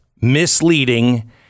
misleading